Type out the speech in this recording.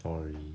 sorry